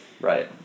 right